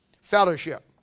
Fellowship